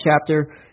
chapter